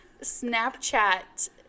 Snapchat